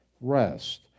Rest